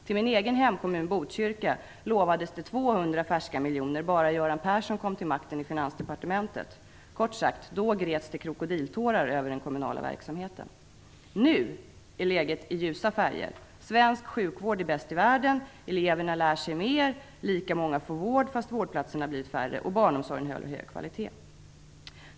Till min egen hemkommun Kort sagt: Då gräts det krokodiltårar över den kommunala verksamheten. Nu skildras läget i ljusa färger. Svensk sjukvård är bäst i världen. Eleverna lär sig mer. Lika många får vård fast vårdplatserna har blivit färre. Barnomsorgen håller hög kvalitet.